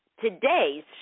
today's